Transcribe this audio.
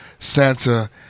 Santa